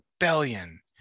rebellion